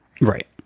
Right